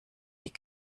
die